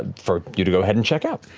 ah for you to go ahead and check out.